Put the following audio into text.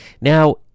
now